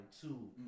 Two